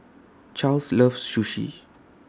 Charles loves Sushi